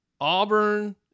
Auburn